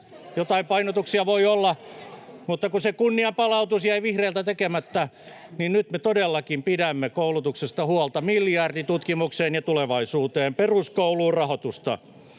Joitain painotuksia voi olla, mutta kun se kunnianpalautus jäi vihreiltä tekemättä, niin nyt me todellakin pidämme koulutuksesta huolta — miljardi tutkimukseen ja tulevaisuuteen, rahoitusta